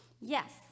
Yes